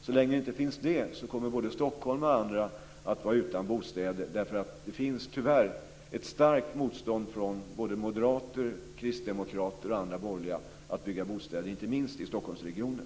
Så länge detta inte finns kommer man både i Stockholm och på andra håll att vara utan bostäder därför att det, tyvärr, finns ett starkt motstånd från moderater, kristdemokrater och andra borgerliga mot att bygga bostäder - inte minst i Stockholmsregionen.